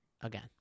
again